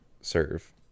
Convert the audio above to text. serve